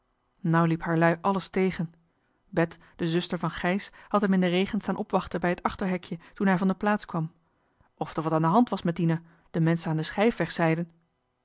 nou liep haarlui alles tegen bet de zuster van gijs had hem in den regen staan opwachten bij het achterhekje toen hij van de plaats kwam of d'er wat aan de hand was met dina de menschen aan de